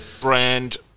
brand